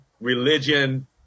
religion